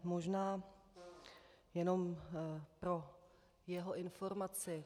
Možná jenom pro jeho informaci.